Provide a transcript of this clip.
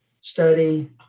study